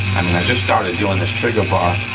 i just started doing this trigger bar,